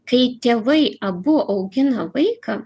kai tėvai abu augina vaiką